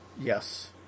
Yes